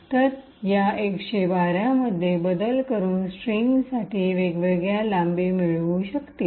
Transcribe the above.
तर या 112 मध्ये बदल करून स्ट्रिंगसाठी वेगवेगळ्या लांबी मिळू शकतील